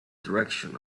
direction